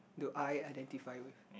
do I identify